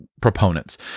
proponents